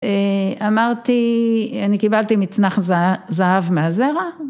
אמרתי, אני קיבלתי מצנח זהב מהזרע.